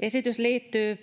Esitys liittyy